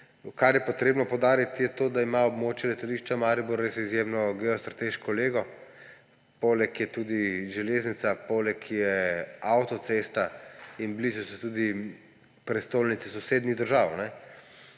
Kar je potrebno poudariti, je to, da ima območje letališča Maribor res izjemno geostrateško lego. Poleg je tudi železnica, poleg je avtocesta in blizu so tudi prestolnice sosednjih držav,